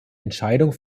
entscheidung